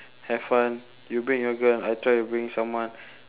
have fun you bring your girl I try bring someone